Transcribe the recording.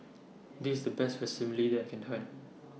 This IS The Best Vermicelli that I Can Find